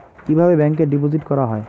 কিভাবে ব্যাংকে ডিপোজিট করা হয়?